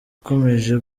ikomeje